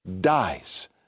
dies